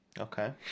Okay